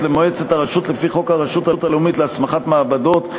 למועצת הרשות לפי חוק הרשות הלאומית להסמכת מעבדות,